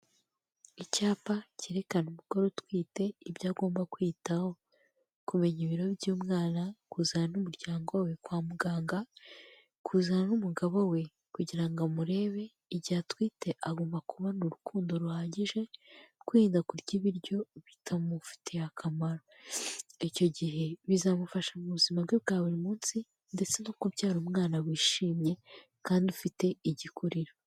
Icyapa cyerekana umugore utwite ibyo agomba kwitaho, kumenya ibiro by'umwana, kuzana n'umuryango we kwa muganga, kuzana n'umugabo we kugira ngo amurebe, igihe atwite agomba kubona urukundo ruhagije, kwirinda kurya ibiryo bitamufitiye akamaro. Icyo gihe bizamufasha mu buzima bwe bwa buri munsi ndetse no kubyara umwana wishimye kandi ufite igikuriro.